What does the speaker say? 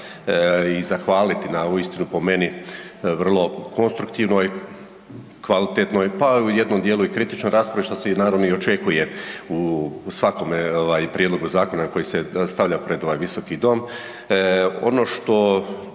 i zahvaliti na uistinu po meni vrlo konstruktivnoj, kvalitetnoj pa u jednom dijelu i kritičnoj raspravi što se naravno i očekuje u svakom ovaj prijedlogu zakona koji se stavlja pred ovaj visoki dom.